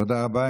תודה רבה.